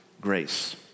grace